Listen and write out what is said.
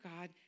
God